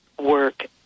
work